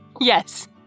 Yes